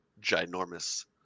ginormous